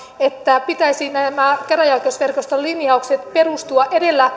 että pitäisi näiden käräjäoikeusverkoston linjauksien perustua